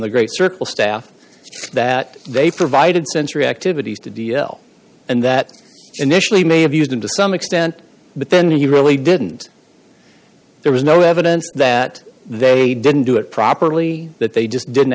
the great circle staff that they provided sensory activities to d l and that initially may have used them to some extent but then he really didn't there was no evidence that they didn't do it properly that they just didn't